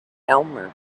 elmer